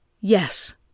yes